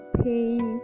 pain